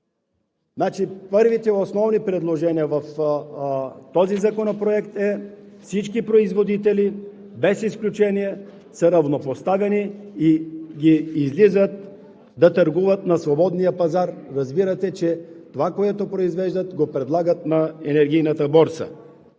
първите основни предложения в този законопроект са: всички производители – без изключение, са равнопоставени и излизат да търгуват на свободния пазар, разбирате, че това, което произвеждат, го предлагат на енергийната борса.